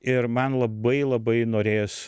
ir man labai labai norėjos